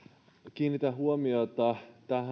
kiinnitän huomiota tähän